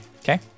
Okay